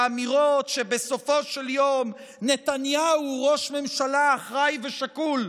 באמירות שבסופו של יום נתניהו הוא ראש ממשלה אחראי ושקול,